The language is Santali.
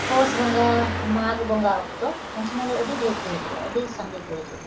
ᱯᱳᱥ ᱵᱚᱸᱜᱟ ᱢᱟᱜᱽ ᱵᱚᱸᱜᱟ ᱚᱠᱛᱚ ᱩᱱ ᱥᱚᱢᱚᱭ ᱫᱚ ᱟᱹᱰᱤ ᱰᱷᱮᱨ ᱠᱚ ᱦᱤᱡᱩᱜᱼᱟ ᱟᱹᱰᱤ ᱥᱟᱸᱜᱮ ᱠᱚ ᱦᱤᱡᱩᱜᱼᱟ